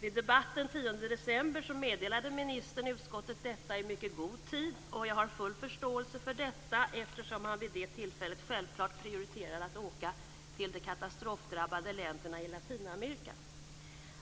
I debatten den 10 december meddelade ministern utskottet detta i mycket god tid. Jag har full förståelse eftersom han vid det tillfället självklart prioriterade att åka till de katastrofdrabbade länderna i Latinamerika.